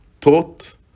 taught